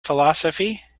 philosophy